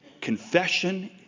Confession